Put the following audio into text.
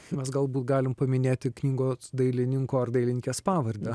mes galbūt knygos dailininko ar dailininkės pavardę